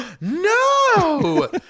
no